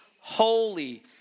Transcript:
holy